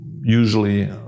usually